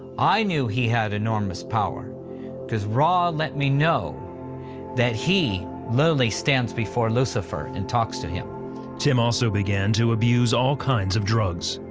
i knew he had enormous power because rah let me know that he literally stands before lucifer and talks to him. reporter tim also began to abuse all kinds of drugs.